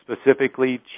specifically